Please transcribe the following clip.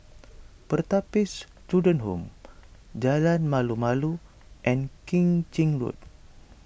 Pertapis Children Home Jalan Malu Malu and Keng Chin Road